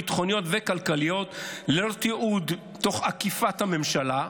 ביטחוניות וכלכליות ללא תיעוד ותוך עקיפת הממשלה",